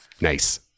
Nice